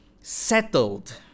settled